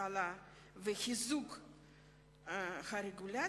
בכלכלה וחיזוק הרגולציה,